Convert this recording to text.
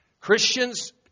Christians